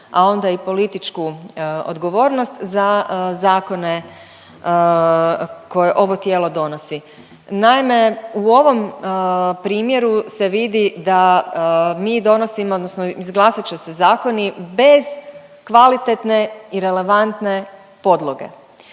a onda i političku odgovornost za zakone koje ovo tijelo donosi. Naime u ovom primjeru se vidi da mi donosimo odnosno izglasat će se zakoni bez kvalitetne i relevantne podloge.